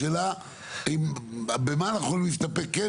השאלה היא במה אנחנו יכולים להסתפק כן?